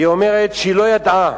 והיא אומרת שהיא לא ידעה,